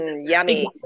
yummy